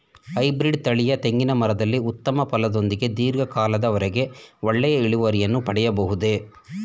Hybrid ತಳಿಯ ತೆಂಗಿನ ಮರದಲ್ಲಿ ಉತ್ತಮ ಫಲದೊಂದಿಗೆ ಧೀರ್ಘ ಕಾಲದ ವರೆಗೆ ಒಳ್ಳೆಯ ಇಳುವರಿಯನ್ನು ಪಡೆಯಬಹುದೇ?